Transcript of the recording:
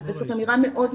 זה דבר אחד.